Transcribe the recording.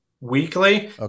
weekly